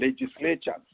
Legislatures